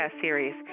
series